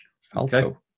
Falco